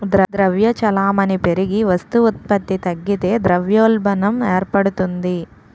ద్రవ్య చలామణి పెరిగి వస్తు ఉత్పత్తి తగ్గితే ద్రవ్యోల్బణం ఏర్పడుతుంది